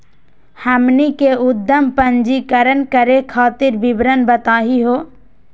हमनी के उद्यम पंजीकरण करे खातीर विवरण बताही हो?